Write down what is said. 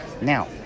Now